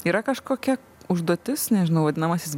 yra kažkokia užduotis nežinau vadinamasis